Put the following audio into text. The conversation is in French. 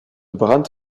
brabant